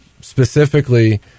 specifically